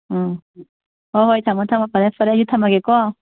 ꯎꯝ ꯍꯣꯏ ꯍꯣꯏ ꯊꯝꯃꯣ ꯊꯝꯃꯣ ꯐꯔꯦ ꯐꯔꯦ ꯑꯩꯁꯨ ꯊꯝꯃꯒꯦꯀꯣ